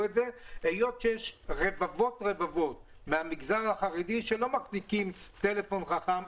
את זה - היות שיש רבבות מהמגזר החרדי שלא מחזיקים טלפון חכם,